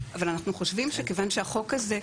אבל אנחנו חושבים שכיוון שהחוק הזה,